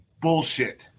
bullshit